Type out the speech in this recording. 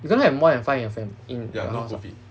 we're gonna have more than five a fam in their house [what]